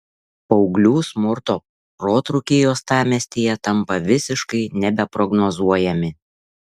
paauglių smurto protrūkiai uostamiestyje tampa visiškai nebeprognozuojami